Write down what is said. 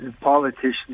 politicians